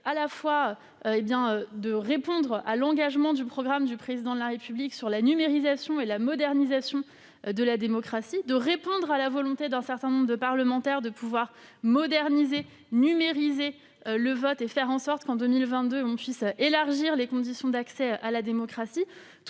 à la fois à l'engagement du programme du Président de la République sur la numérisation et la modernisation de la démocratie et à la volonté d'un certain nombre de parlementaires de moderniser, de numériser le vote et de faire en sorte que, en 2022, on puisse élargir les conditions d'accès à la démocratie